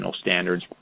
standards